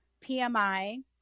PMI